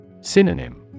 Synonym